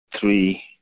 three